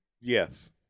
Yes